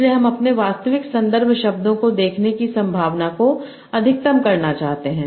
इसलिए हम अपने वास्तविक संदर्भ शब्दों को देखने की संभावना को अधिकतम करना चाहते हैं